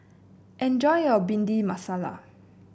enjoy your Bhindi Masala